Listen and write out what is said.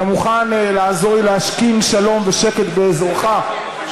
אתה מוכן לעזור לי להשכין שלום ושקט באזורך?